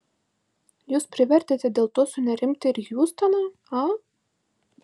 jūs privertėte dėl to sunerimti ir hjustoną a